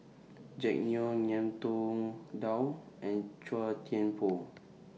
Jack Neo Ngiam Tong Dow and Chua Thian Poh